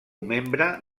membre